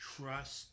Trust